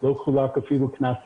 לא חולק אפילו קנס אחד.